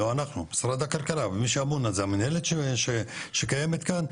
משרד הכלכלה ומי שאמון על זה המנהלת שקיימת כאן,